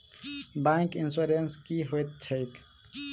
Bank insurance की होइत छैक?